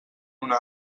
una